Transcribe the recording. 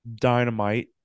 Dynamite